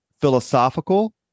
philosophical